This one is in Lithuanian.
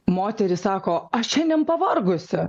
moteris sako aš šiandien pavargusi